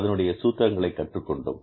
அதனுடைய சூத்திரங்களை கற்றுக்கொண்டோம்